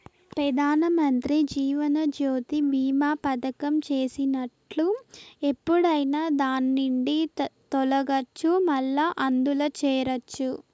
పెదానమంత్రి జీవనజ్యోతి బీమా పదకం చేసినట్లు ఎప్పుడైనా దాన్నిండి తొలగచ్చు, మల్లా అందుల చేరచ్చు